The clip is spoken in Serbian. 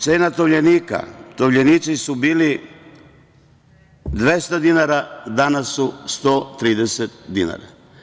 Cena tovljenika, tovljenici su bili 200 dinara, danas su 130 dinara.